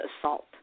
assault